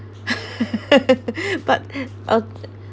but